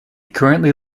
currently